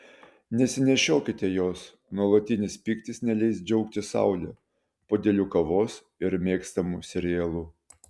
nesinešiokite jos nuolatinis pyktis neleis džiaugtis saule puodeliu kavos ir mėgstamu serialu